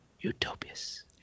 Utopias